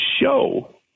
show